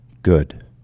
Good